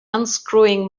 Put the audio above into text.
unscrewing